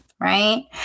right